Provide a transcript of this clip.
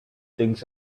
things